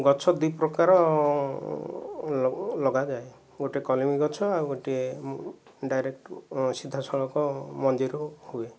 ଗଛ ଦୁଇ ପ୍ରକାର ଲଗାଯାଏ ଗୋଟିଏ କଲମି ଗଛ ଆଉ ଗୋଟିଏ ଡାଇରେକ୍ଟ ସିଧାସଳଖ ମଞ୍ଜିରୁ ହୁଏ